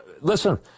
Listen